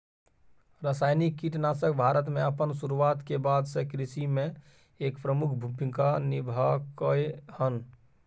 रासायनिक कीटनाशक भारत में अपन शुरुआत के बाद से कृषि में एक प्रमुख भूमिका निभलकय हन